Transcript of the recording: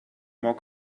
more